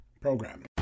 Program